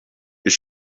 you